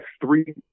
three